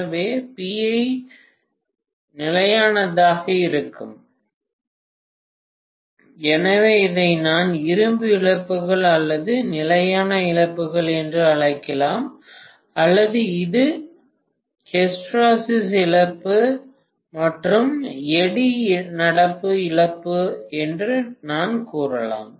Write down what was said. எனவே PI நிலையானதாக இருக்கும் எனவே இதை நான் இரும்பு இழப்புகள் அல்லது நிலையான இழப்புகள் என்று அழைக்கலாம் அல்லது இது ஹிஸ்டெரெசிஸ் இழப்பு மற்றும் எடி நடப்பு இழப்பு என்று நான் கூறலாம்